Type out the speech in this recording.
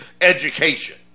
education